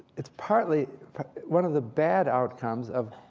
it's partly one of the bad outcomes of,